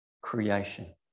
creation